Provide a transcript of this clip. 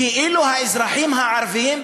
כאילו האזרחים הערבים,